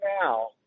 now